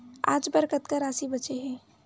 आज बर कतका राशि बचे हे?